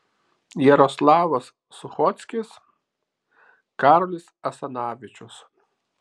jaroslavas suchockis karolis asanavičius